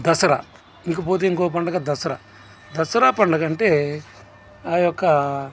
దసరా ఇకపోతే ఇంకొక పండగ దసరా దసరా పండగ అంటే ఆ యొక్క